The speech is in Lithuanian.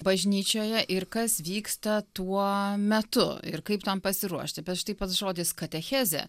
bažnyčioje ir kas vyksta tuo metu ir kaip tam pasiruošti bet štai pats žodis katechezė